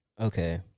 Okay